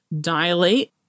dilate